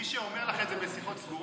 מי שאומר לך את זה בשיחות סגורות,